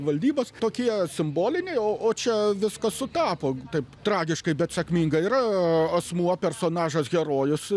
valdybos tokie simboliniai o o čia viskas sutapo taip tragiškai bet sėkmingai yra asmuo personažas herojus